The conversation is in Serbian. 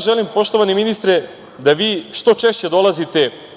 Želim, poštovani ministre, da vi što češće dolazite